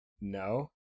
No